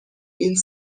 این